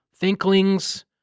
Thinklings